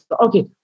Okay